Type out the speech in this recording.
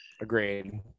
Agreed